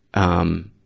um,